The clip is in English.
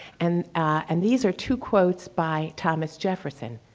and and these are two quotes by thomas jefferson,